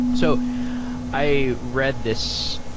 so i read this,